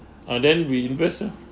uh then we invest lah